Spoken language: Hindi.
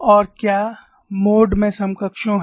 और क्या मोड मैं समकक्षों हैं